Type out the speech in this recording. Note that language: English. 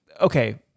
Okay